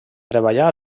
treballà